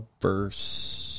verse